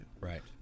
Right